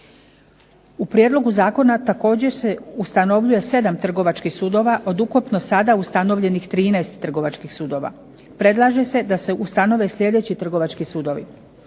U prijedlogu zakona također se ustanovljuje 7 trgovačkih sudova od ukupno sada ustanovljenih 13 trgovačkih sudova. Predlaže se da se ustanove sljedeći trgovački sudovi: